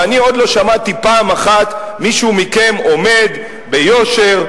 ואני עוד לא שמעתי פעם אחת מישהו מכם עומד ביושר,